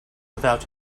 without